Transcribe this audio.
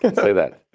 and say that.